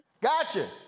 Gotcha